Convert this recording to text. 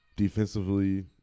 Defensively